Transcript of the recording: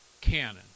canon